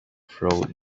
through